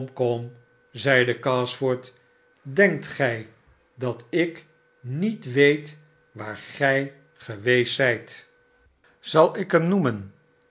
zeide gashford denkt gij dat ik niet weet waar gij geweest zijtf barnaby rudge zal ik hem noemen